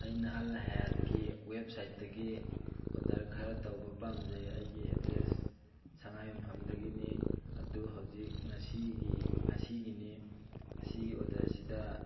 ꯑꯩꯅ ꯑꯜ ꯍꯌꯥꯠꯀꯤ ꯋꯦꯕꯁꯥꯏꯠꯇꯒꯤ ꯑꯣꯔꯗꯔ ꯈꯔ ꯇꯧꯕ ꯄꯥꯝꯖꯩ ꯑꯩꯒꯤ ꯑꯦꯗ꯭ꯔꯦꯁ ꯁꯉꯥꯏꯌꯨꯝꯐꯝꯗꯒꯤꯅꯤ ꯑꯗꯨ ꯍꯧꯖꯤꯛ ꯉꯁꯤꯒꯤ ꯉꯁꯤꯒꯤꯅꯤ ꯉꯁꯤꯒꯤ ꯑꯣꯔꯗꯔꯁꯤꯗ